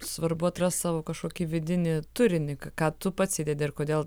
svarbu atrast savo kažkokį vidinį turinį ką tu pats įdedi ir kodėl